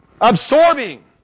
absorbing